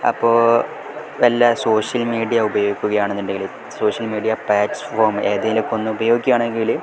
അപ്പോൾ വല്ല social media ഉപയോഗിക്കുകയാണെന്നുണ്ടെങ്കിൽ സോഷ്യൽ മീഡിയ പ്ലാറ്റ്സ്ഫോം ഏതിലെങ്കിലുമൊക്കെ ഒന്ന് ഉപയോഗിക്കുകയാണെങ്കിൽ